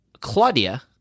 Claudia